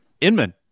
Inman